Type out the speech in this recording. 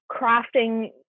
crafting